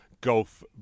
golf